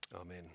amen